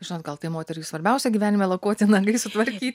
žinot gal tai moteriai svarbiausia gyvenime lakuoti nagai sutvarkyt